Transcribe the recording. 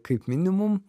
kaip minimum